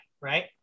right